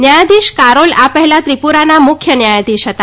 ન્યાયાધીશ કારોલ આ પહેલા ત્રિપુરાનાં મુખ્ય ન્યાયાધીશ હતા